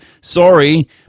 Sorry